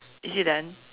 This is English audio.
is it done